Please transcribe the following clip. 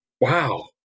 Wow